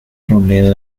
robledo